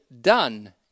done